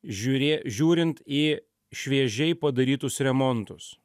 žiūrė žiūrint į šviežiai padarytus remontus